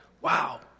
wow